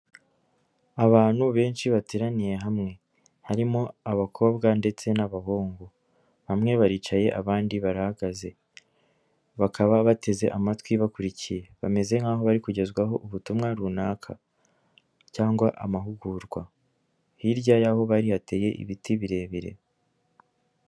Abantu benshi bateraniye hamwe harimo abakobwa ndetse n'abahungu, bamwe baricaye abandi barahagaze bakaba bateze amatwi bakurikiye bameze nk'aho bari kugezwaho ubutumwa runaka cyangwa amahugurwa, hirya y'aho bari hateye ibiti birebire.